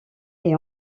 est